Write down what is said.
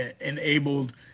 enabled